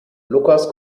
lukas